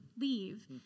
leave